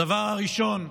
הדבר הראשון,